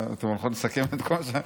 אתן הולכות לסכם את כל זה?